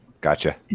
Gotcha